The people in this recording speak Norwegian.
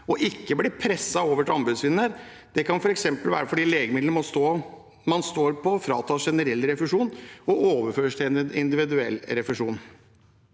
og ikke bli presset over til anbudsvinner. Det kan f.eks. være fordi legemiddelet man står på, fratas generell refusjon og overføres til en individuell refusjon.